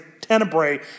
tenebrae